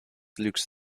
lüks